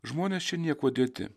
žmonės čia niekuo dėti